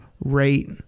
right